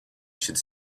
should